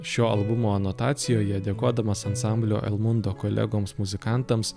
šio albumo anotacijoje dėkodamas ansamblio el mundo kolegoms muzikantams